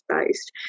based